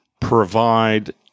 provide